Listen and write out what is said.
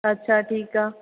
अच्छा ठीकु आहे